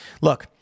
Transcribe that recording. Look